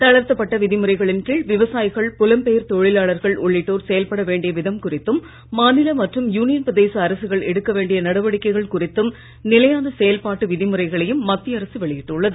தளர்த்தப்பட்ட விதிமுறைகளின் கீழ் விவசாயிகள் புலம்பெயர் தொழிலாளர்கள் உள்ளிட்டோர் செயல்பட வேண்டிய விதம் குறித்தும் மாநில மற்றும் யூனியன் பிரதேச அரசுகள் எடுக்க வேண்டிய நடவடிக்கைகள் குறித்தும் நிலையான செயல்பாட்டு விதிமுறைகளையும் மத்திய அரசு வெளியிட்டுள்ளது